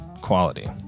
quality